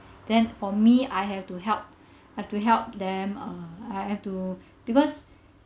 then for me I have to help I have to help them uh I have to because